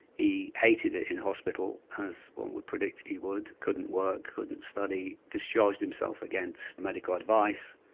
he hated it in hospital, as one would predict he would couldn't work, couldn't study, discharged himself against medical advice,